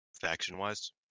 faction-wise